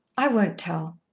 i won't tell.